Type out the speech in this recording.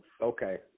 okay